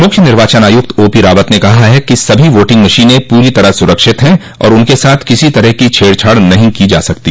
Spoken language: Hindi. मुख्य निर्वाचन आयुक्त ओ पी रावत ने कहा है कि सभी वोटिंग मशीनें पूरी तरह सुरक्षित हैं और उनके साथ किसी तरह की छेड़ छाड़ नहीं की जा सकती